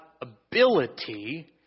ability